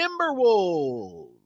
Timberwolves